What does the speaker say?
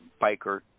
biker